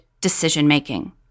decision-making